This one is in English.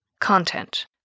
content